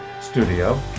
Studio